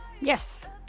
Yes